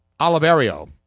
Oliverio